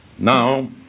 now